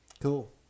cool